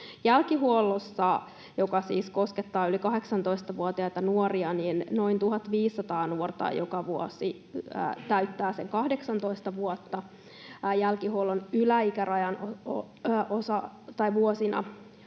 Jälkihuollossa, joka siis koskettaa yli 18-vuotiaita nuoria, noin 1 500 nuorta joka vuosi täyttää sen 18 vuotta. Jälkihuollon yläikärajan vuosina